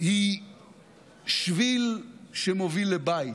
היא שביל שמוביל לבית.